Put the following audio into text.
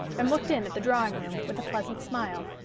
and looked in at the drawing-room, with a pleasant smile.